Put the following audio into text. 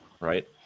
right